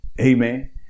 Amen